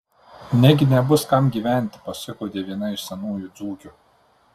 negi nebus kam gyventi pasiguodė viena iš senųjų dzūkių